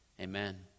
Amen